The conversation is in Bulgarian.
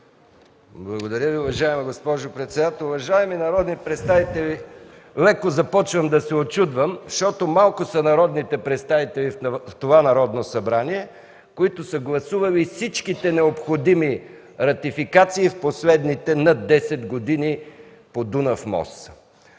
Благодаря Ви, уважаема госпожо председателстващ. Уважаеми народни представители, леко започвам да се учудвам, защото малко са народните представители в това Народно събрание, които са гласували всичките необходими ратификации по Дунав мост в последните над 10 години. Може би са